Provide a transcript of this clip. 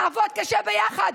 נעבוד קשה ביחד.